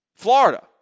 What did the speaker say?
florida